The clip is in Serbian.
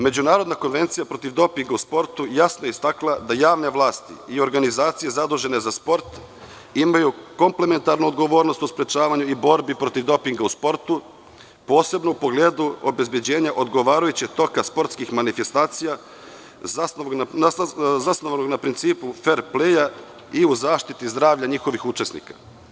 Međunarodna konvencija protiv dopinga u sportu jasno je istakla da javne vlasti i organizacije zadužene za sport imaju komplementarnu odgovornost u sprečavanju i borbi protiv dopinga u sportu, posebno u pogledu obezbeđenja odgovarajućeg toka sportskih manifestacija zasnovanog na principu fer pleja i u zaštiti zdravlja njihovih učesnika.